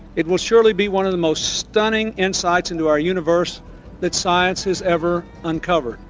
it will surely be one of the most stunning insights into our universe that science has ever uncovered.